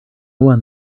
one